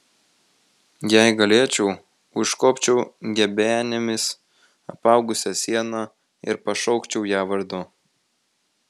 jei galėčiau užkopčiau gebenėmis apaugusia siena ir pašaukčiau ją vardu